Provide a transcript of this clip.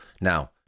Now